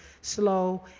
slow